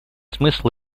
смысл